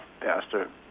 Pastor